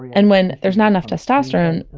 and when there's not enough testosterone,